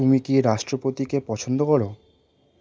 তুমি কি রাষ্ট্রপতিকে পছন্দ করো